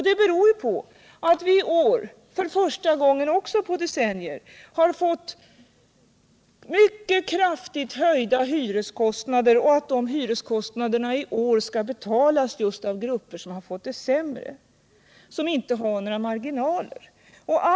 Det beror på att vi i år — också det för första gången på decennier — har råkat ut för mycket kraftigt höjda hyreskostnader som skall betalas av människor som har fått det sämre ställt och som inte heller har några marginaler att ta av.